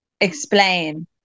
Explain